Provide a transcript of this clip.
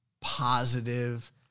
positive